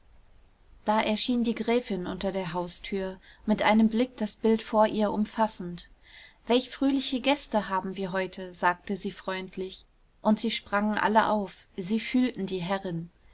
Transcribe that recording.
da erschien die gräfin unter der haustür mit einem blick das bild vor ihr umfassend welch fröhliche gäste haben wir heute sagte sie freundlich und sie sprangen alle auf sie fühlten die herrin